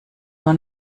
nur